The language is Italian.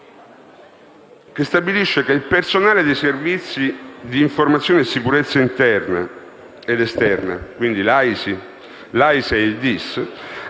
che stabilisce che il personale dei Servizi d'informazione e sicurezza interna e esterna (quindi l'AISI, l'AISE